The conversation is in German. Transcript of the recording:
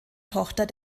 tochter